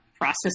process